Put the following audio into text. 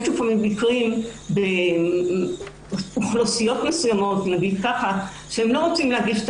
יש לפעמים מקרים באוכלוסיות מסוימות שהם לא רוצים להגיש את